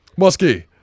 Muskie